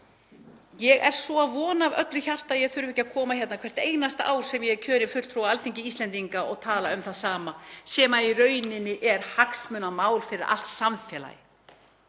Ég er svo að vona af öllu hjarta að ég þurfi ekki að koma hérna hvert einasta ár sem ég er kjörinn fulltrúi á Alþingi Íslendinga og tala um það sama sem í rauninni er hagsmunamál fyrir allt samfélagið,